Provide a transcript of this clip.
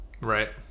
right